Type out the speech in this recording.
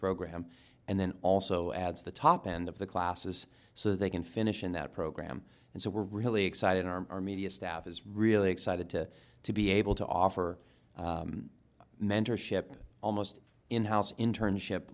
program and then also adds the top end of the classes so they can finish in that program and so we're really excited our media staff is really excited to to be able to offer mentorship almost in house in turn ship